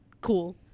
cool